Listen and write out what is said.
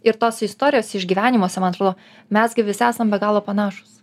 ir tos istorijos išgyvenimuose man atrodo mes gi visi esam be galo panašūs